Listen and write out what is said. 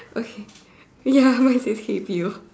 okay ya my says hey bill